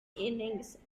innings